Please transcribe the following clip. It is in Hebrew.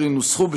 אשר ינוסחו,